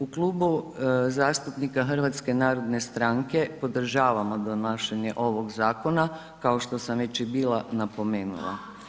U Klubu zastupnika HNS-a podržavamo donašanje ovog zakona kao što sam veći i bila napomenula.